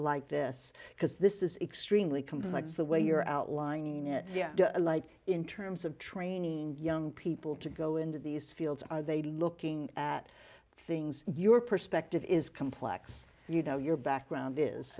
like this because this is extremely complex the way you're outlining it like in terms of training young people to go into these fields are they looking at things your perspective is complex you know your background is